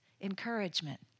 encouragement